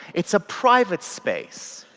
it is a private space.